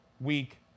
week